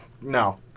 no